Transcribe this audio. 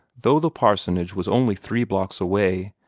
though the parsonage was only three blocks away,